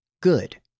Good